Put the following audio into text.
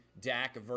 Dak